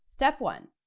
step one,